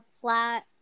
flat